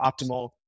optimal